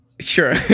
Sure